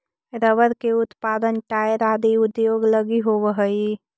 rubber के उत्पादन tyre आदि उद्योग लगी होवऽ हइ